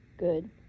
Good